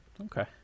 Okay